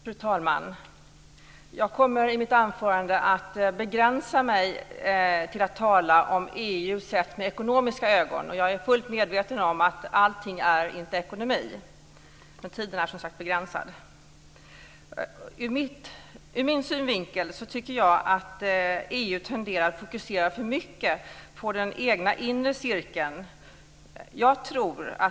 Fru talman! Jag kommer i mitt anförande att begränsa mig till att tala om EU sett med ekonomiska ögon. Jag är fullt medveten om att allt inte är ekonomi, men tiden är som sagt begränsad. Ur min synvinkel tenderar EU att fokusera för mycket på den egna inre cirkeln.